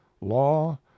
law